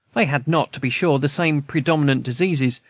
they had not, to be sure, the same predominant diseases,